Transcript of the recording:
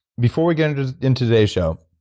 before we get and into today's show,